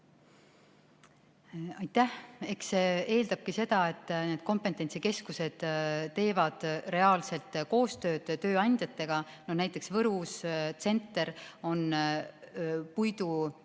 Aitäh! Eks see eeldabki seda, et need kompetentsikeskused teevad reaalset koostööd tööandjatega. Näiteks on Võrus TSENTER puidu